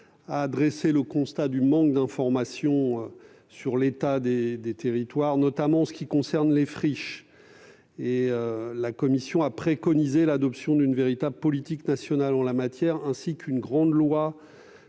a dressé le constat du manque d'informations sur l'état des territoires, notamment en ce qui concerne les friches. Elle a préconisé l'adoption d'une véritable politique nationale en la matière, ainsi qu'une grande loi